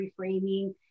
reframing